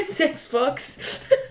Xbox